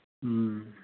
ꯎꯝ